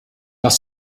nach